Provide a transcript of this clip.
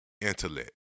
intellect